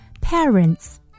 Parents